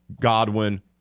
Godwin